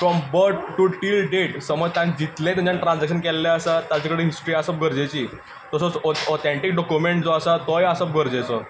from birth to till death समज ताणें जितलें ट्रान्जेक्शन केल्लें आसा ताचे कडेन हिस्ट्री आसप गरजेची तसोच ऑथेंथीक डॉक्युमेंट जो आसा तोय आसप गरजेचो